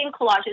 collages